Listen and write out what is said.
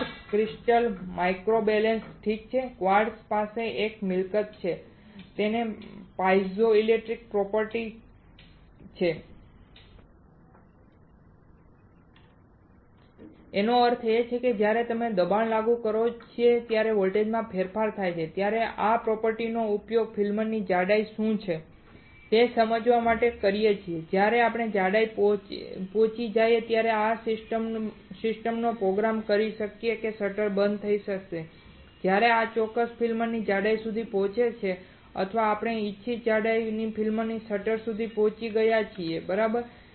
quartz crystal microbalance ઠીક છે quartz પાસે એક પ્રોપર્ટી છે તેને પાઇઝોઇલેક્ટ્રિક પ્રોપર્ટી કહેવાય છે તેનો અર્થ એ છે કે જ્યારે આપણે દબાણ લાગુ કરીએ છીએ ત્યાં વોલ્ટેજમાં ફેરફાર થાય છે ત્યારે આપણે આ પ્રોપર્ટી નો ઉપયોગ ફિલ્મની જાડાઈ શું છે તે સમજવા માટે કરી શકીએ છીએ અને જ્યારે જાડાઈ પહોંચી જાય ત્યારે આપણે સિસ્ટમનો પ્રોગ્રામ કરી શકીએ કે શટર બંધ થઈ જશે જ્યારે આ ચોક્કસ ફિલ્મ ફિલ્મની જાડાઈ સુધી પહોંચે છે અથવા આપણી ઇચ્છિત જાડાઈની ફિલ્મ શટર સુધી પહોંચી ગઈ છે બરાબર